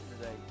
today